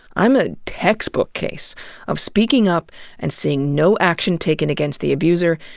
i'm a textbook case of speaking up and seeing no action taken against the abuser,